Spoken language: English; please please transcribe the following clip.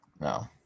No